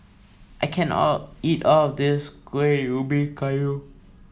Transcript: I can't all eat all of this Kuih Ybi Kayu